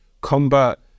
combat